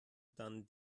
dann